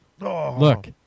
Look